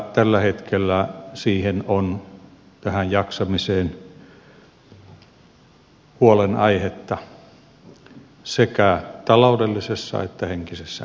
tällä hetkellä tähän jaksamiseen on huolenaihetta sekä taloudellisessa että henkisessä mielessä